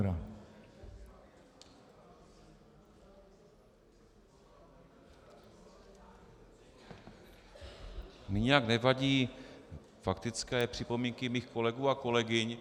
Mně nijak nevadí faktické připomínky mých kolegů a kolegyň.